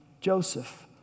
Joseph